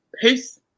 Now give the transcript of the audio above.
Peace